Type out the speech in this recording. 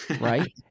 right